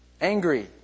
Angry